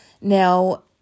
Now